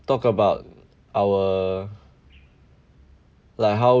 talk about our like how